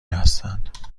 هستند